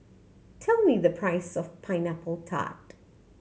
tell me the price of Pineapple Tart